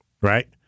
right